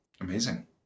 Amazing